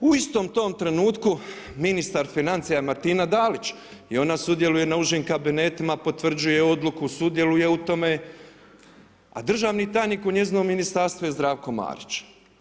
U istom tom trenutku ministar financija Martina Dalić, i onda sudjeluje na užim kabinetima, potvrđuje odluku, sudjeluje u tome, a državni tajnik u njezinom ministarstvu je Zdravko Marić.